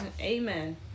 amen